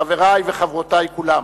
חברי וחברותי כולם,